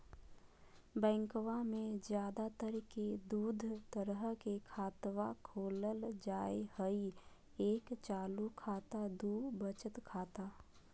बैंकवा मे ज्यादा तर के दूध तरह के खातवा खोलल जाय हई एक चालू खाता दू वचत खाता